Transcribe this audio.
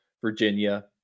Virginia